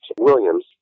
Williams